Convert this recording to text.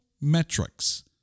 metrics